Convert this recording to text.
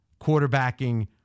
quarterbacking